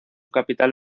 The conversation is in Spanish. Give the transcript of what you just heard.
capital